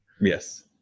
Yes